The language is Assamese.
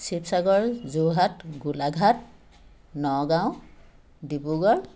শিৱসাগৰ যোৰহাট গোলাঘাট নগাঁও ডিব্ৰুগড়